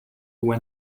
when